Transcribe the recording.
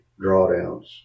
drawdowns